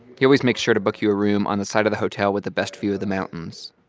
he always makes sure to book you a room on the side of the hotel with the best view of the mountains.